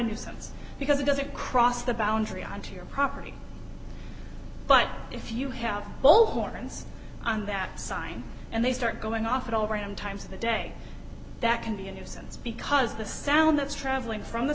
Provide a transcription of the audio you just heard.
nuisance because it doesn't cross the boundary onto your property but if you have bull horns on that sign and they start going off at all random times of the day that can be a nuisance because the sound that's traveling from the